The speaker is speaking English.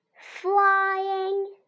Flying